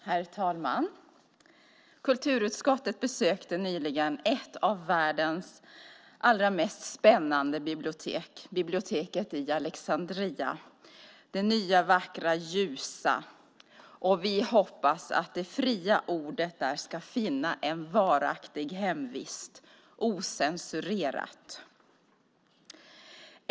Herr talman! Kulturutskottet besökte nyligen ett av världens allra mest spännande bibliotek, biblioteket i Alexandria - det nya, vackra, ljusa. Vi hoppas att det fria ordet där ska finna en varaktig hemvist, ocensurerat.